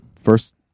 first